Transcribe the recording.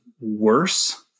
worse